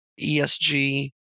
ESG